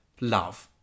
love